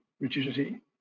rigidity